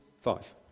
five